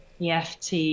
eft